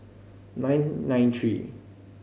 nine nine three